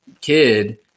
kid